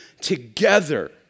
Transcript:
together